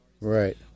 Right